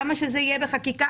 למה שזה יהיה בחקיקה?